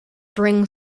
bring